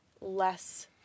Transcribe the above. less